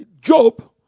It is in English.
Job